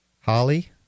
Holly